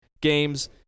games